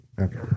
Okay